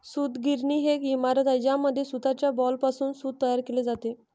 सूतगिरणी ही एक इमारत आहे ज्यामध्ये सूताच्या बॉलपासून सूत तयार केले जाते